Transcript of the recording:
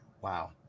Wow